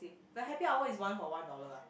the happy hour is one for one dollar ah